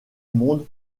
monde